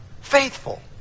faithful